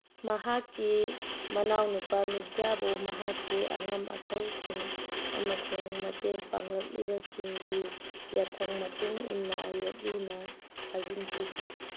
ꯃꯍꯥꯛꯀꯤ ꯃꯅꯥꯎ ꯅꯨꯄꯥ ꯃꯤꯔꯖꯥꯕꯨ ꯃꯍꯥꯛꯀꯤ ꯑꯉꯝ ꯑꯊꯧꯁꯤꯡ ꯑꯃꯁꯨꯡ ꯃꯇꯦꯡ ꯄꯥꯡꯂꯛꯂꯤꯕꯁꯤꯡꯒꯤ ꯌꯥꯊꯪ ꯃꯇꯨꯡ ꯏꯟꯅ ꯌꯣꯠꯂꯤꯅ ꯐꯥꯖꯤꯟꯈꯤ